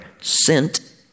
sent